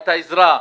את העזרה,